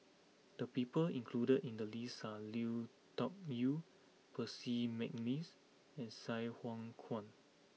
the people included in the list are Lui Tuck Yew Percy McNeice and Sai Hua Kuan